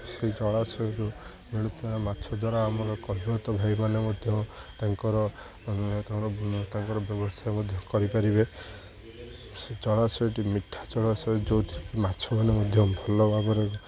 ସେଇ ଜଳାଶୟରୁ ମିଳୁଥିବା ମାଛ ଦ୍ୱାରା ଆମର କୈବର୍ତ୍ତ ଭାଇମାନେ ମଧ୍ୟ ତାଙ୍କର ତାଙ୍କର ତାଙ୍କର ବ୍ୟବସାୟ ମଧ୍ୟ କରିପାରିବେ ସେ ଜଳାଶୟଟି ମିଠା ଜଳାଶୟ ଯେଉଁଥିରେ ମାଛମାନେ ମଧ୍ୟ ଭଲ ଭାବରେ